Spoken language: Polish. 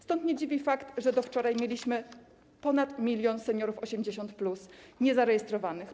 Stąd nie dziwi fakt, że do wczoraj mieliśmy ponad 1 mln seniorów 80+ niezarejestrowanych.